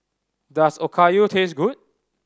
does Okayu taste good